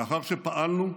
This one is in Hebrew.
לאחר שפעלנו,